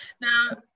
Now